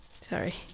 sorry